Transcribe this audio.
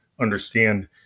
understand